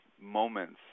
moments